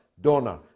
donor